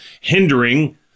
hindering